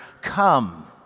come